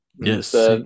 Yes